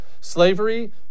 Slavery